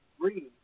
green